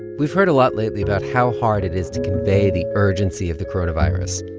we've heard a lot lately about how hard it is to convey the urgency of the coronavirus,